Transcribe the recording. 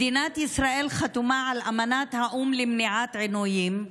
מדינת ישראל חתומה על אמנת האו"ם למניעת עינויים,